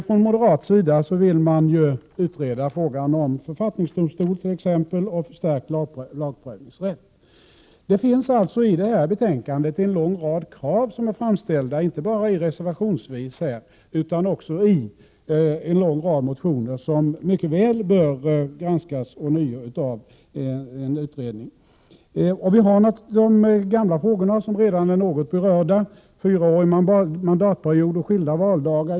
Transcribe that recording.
Från moderat sida vill man t.ex. utreda frågan om författningsdomstol och förstärkt lagprövningsrätt. I detta betänkande finns det en lång rad krav som är framställda inte bara reservationsvis, utan också i en lång rad motioner, som mycket väl borde granskas ånyo i en utredning. Vi har också de gamla frågorna, som redan har berörts något — fyraårig mandatperiod och skilda valdagar.